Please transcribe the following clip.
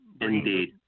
indeed